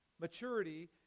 Maturity